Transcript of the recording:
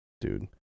dude